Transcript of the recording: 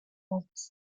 albums